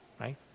right